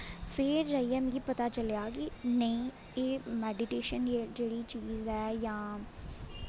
फिर जाइयै मिगी पता चलेआ कि नेईं एह् मैडिटेशन जेह्ड़ी चीज ऐ जां